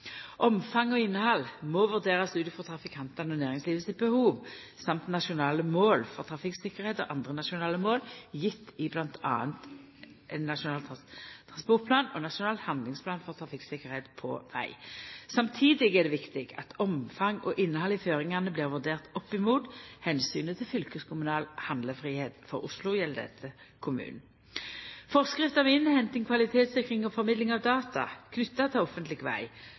Omfang og innhald må vurderast ut frå trafikantane og næringslivet sine behov og nasjonale mål for trafikktryggleik og andre nasjonale mål gjevne i m.a. Nasjonal transportplan og Nasjonal handlingsplan for trafikksikkerhet på veg. Samstundes er det viktig at omfang og innhald i føringane blir vurdert opp mot omsynet til fylkeskommunal handlefridom. For Oslo gjeld dette kommunen. Forskrift om innhenting, kvalitetssikring og formidling av data knytte til offentleg veg,